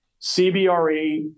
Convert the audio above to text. CBRE